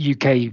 UK